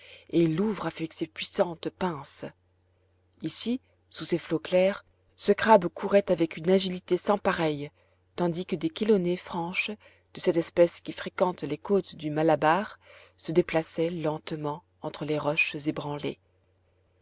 et il l'ouvre avec ses puissantes pinces ici sous ces flots clairs ce crabe courait avec une agilité sans pareille tandis que des chélonées franches de cette espèce qui fréquente les côtes du malabar se déplaçaient lentement entre les roches ébranlées